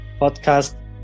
podcast